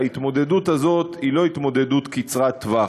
ההתמודדות הזאת היא לא התמודדות קצרת טווח.